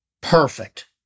perfect